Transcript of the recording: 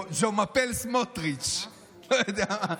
או Je m’applle Smotrich, לא יודע.